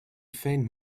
faint